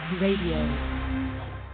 Radio